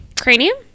cranium